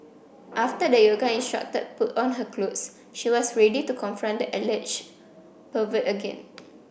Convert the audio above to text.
after the yoga instructor put on her clothes she was ready to confront the alleged pervert again